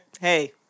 Hey